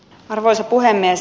arvoisa puhemies